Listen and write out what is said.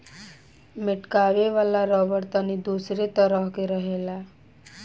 मेटकावे वाला रबड़ तनी दोसरे तरह के रहेला